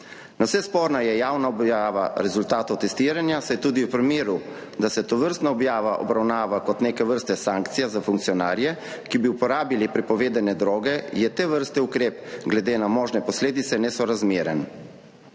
Nadvse sporna je javna objava rezultatov testiranja, saj tudi v primeru, da se tovrstna objava obravnava kot neke vrste sankcija za funkcionarje, ki bi uporabili prepovedane droge, je te vrste ukrep glede na možne posledice nesorazmeren.